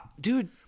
dude